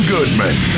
Goodman